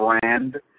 brand